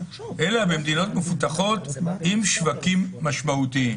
אלא "במדינות מפותחות עם שווקים משמעותיים".